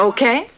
Okay